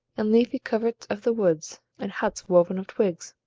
and leafy coverts of the woods, and huts woven of twigs.